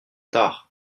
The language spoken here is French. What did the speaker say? tard